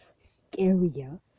scarier